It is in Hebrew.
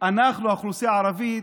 אנחנו, האוכלוסייה הערבית,